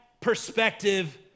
perspective